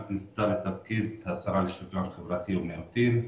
על כניסתה לתפקיד השרה לשוויון חברתי ומיעוטים.